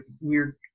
weird